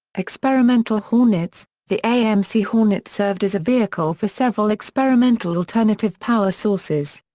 experimental hornets the amc hornet served as a vehicle for several experimental alternative power sources.